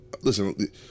listen